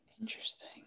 interesting